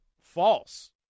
false